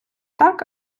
так